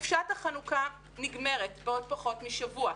חופשת החנוכה נגמרת בעוד פחות משבוע,